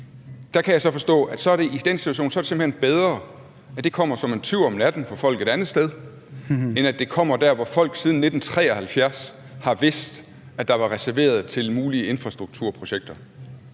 i den situation så simpelt hen er bedre, at det kommer som en tyv om natten for folk et andet sted, end at det kommer der, hvor folk siden 1973 har vidst, at der var reserveret til mulige infrastrukturprojekter.